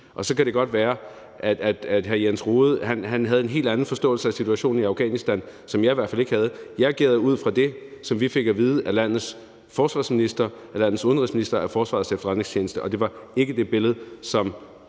Og så kan det godt være, at hr. Jens Rohde havde en helt anden forståelse af situationen i Afghanistan, som jeg i hvert fald ikke havde. Jeg agerede ud fra det, som vi fik at vide af landets forsvarsminister, landets udenrigsminister og Forsvarets Efterretningstjeneste, og det var ikke det billede, som